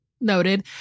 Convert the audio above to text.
noted